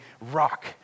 rock